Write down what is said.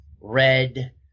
red